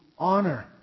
Honor